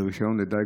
לרישיון לדיג